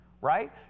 right